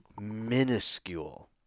minuscule